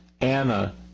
Anna